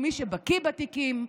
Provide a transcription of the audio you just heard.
מי שבקי בתיקים,